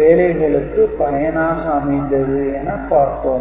வேலைகளுக்கு பயனாக அமைந்தது என பார்த்தோம்